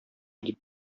дип